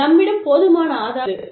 நம்மிடம் போதுமான ஆதாரம் உள்ளது